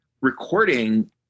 recording